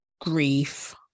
grief